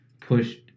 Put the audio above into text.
Pushed